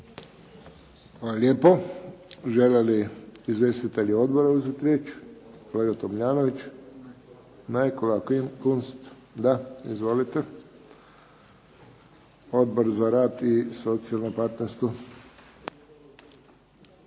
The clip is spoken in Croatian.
lijepo. Žele li izvjestitelji odbora uzeti riječ? Kolega Tomljanović? Ne. Kolega Kunst? Da. Izvolite. Odbor za rad i socijalno partnerstvo.